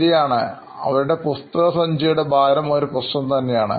ശരിയാണ് അവരുടെ പുസ്തക സഞ്ചിയുടെ ഭാരം ഒരു പ്രശ്നം തന്നെയാണ്